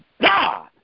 God